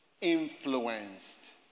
influenced